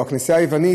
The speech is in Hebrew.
או הכנסייה היוונית,